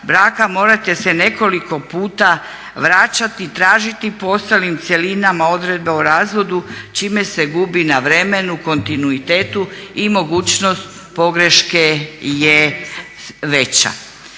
braka morate se nekoliko puta vraćati, tražiti po ostalim cjelinama odredbe o razvodu čime se gubi na vremenu, kontinuitetu i mogućnost pogreške je veća.